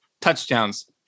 touchdowns